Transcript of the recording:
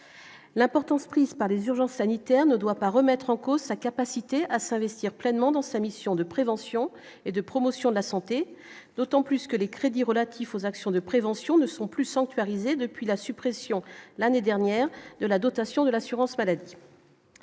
l'importance prise par les urgences sanitaires ne doit pas remettre en cause sa capacité à s'investir pleinement dans sa mission de prévention et de promotion de la santé, d'autant plus que les crédits relatifs aux actions de prévention ne sont plus sanctuarisé depuis la suppression, l'année dernière de la dotation de l'assurance maladie